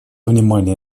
внимание